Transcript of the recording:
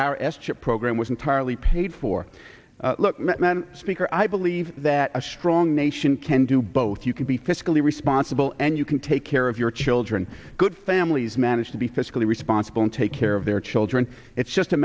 our s chip program was entirely paid for speaker i believe that a strong nation can do both you can be fiscally responsible and you can take care of your children good families manage to be fiscally responsible and take care of their children it's just a